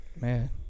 Man